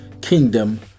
kingdom